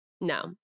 no